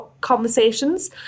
conversations